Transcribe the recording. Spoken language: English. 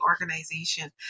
organization